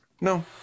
no